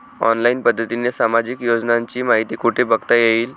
Online पद्धतीने सामाजिक योजनांची माहिती कुठे बघता येईल?